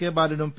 K ബാലനും P